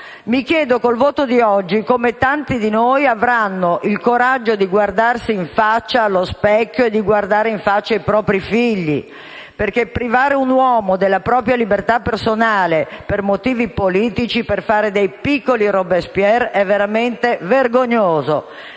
Mi chiedo, dopo il voto di oggi, come tanti di noi avranno il coraggio di guardarsi in faccia allo specchio e di guardare in faccia i propri figli perché privare un uomo della sua libertà personale, per motivi politici, per fare i piccoli Robespierre è veramente vergognoso